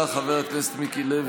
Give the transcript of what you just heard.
מה קרה לכם?